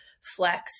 flex